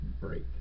break